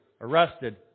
arrested